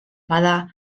bada